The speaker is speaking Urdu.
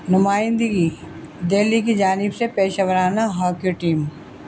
نمائندگی دہلی کی جانب سے پیشہ ورانہ ہاکی ٹیم